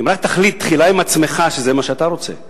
אם רק תחליט תחילה עם עצמך שזה מה שאתה רוצה.